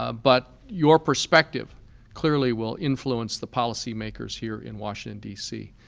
ah but your perspective clearly will influence the policy makers here in washington, d c.